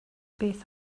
beth